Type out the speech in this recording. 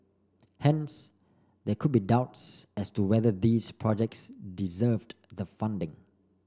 hence there could be doubts as to whether these projects deserved the funding